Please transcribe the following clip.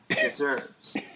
deserves